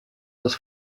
das